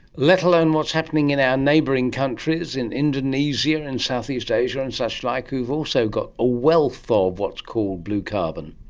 let alone what's happening in our neighbouring countries, in indonesia and southeast asia and suchlike who have also got a wealth ah of what's called blue carbon.